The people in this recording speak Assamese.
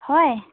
হয়